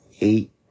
eight